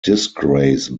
disgrace